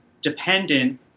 dependent